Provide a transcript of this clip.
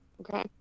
Okay